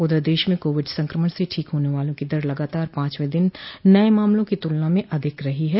उधर देश में कोविड संक्रमण से ठीक होने वालों की दर लगातार पांचवें दिन नए मामलों की तुलना में अधिक रही है